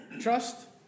Trust